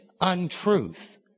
untruth